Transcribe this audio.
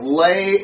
lay